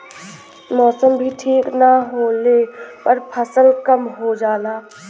मौसम भी ठीक न होले पर फसल कम हो जाला